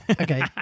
Okay